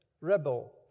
rebel